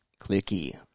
clicky